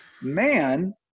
man